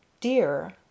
Dear